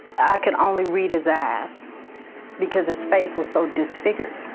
i could only read his eyes because his face was so disfigured.